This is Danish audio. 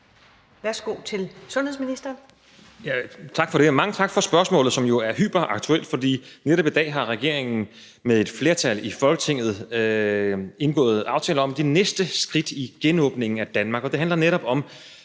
Værsgo til sundhedsministeren.